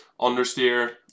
understeer